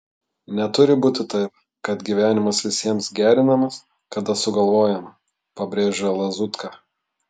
neturi būti taip kad gyvenimas visiems gerinamas kada sugalvojama pabrėžia lazutka